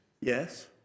Yes